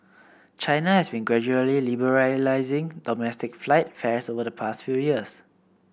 China has been gradually liberalising domestic flight fares over the past few years